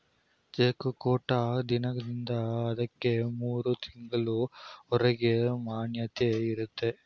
cheque ಕೊಟ್ಟ ದಿನದಿಂದ ಅದಕ್ಕೆ ಮೂರು ತಿಂಗಳು ಹೊರಗೆ ಮಾನ್ಯತೆ ಇರುತ್ತೆ